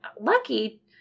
lucky